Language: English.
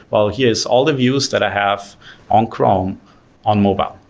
well here's all the views that i have on chrome on mobile,